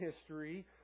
history